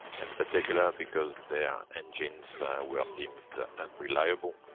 and particular because their engines were deemed unreliable.